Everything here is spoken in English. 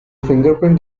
fingerprint